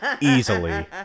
easily